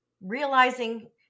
realizing